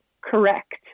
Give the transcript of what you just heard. correct